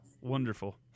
Wonderful